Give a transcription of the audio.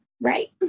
Right